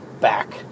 back